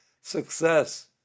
success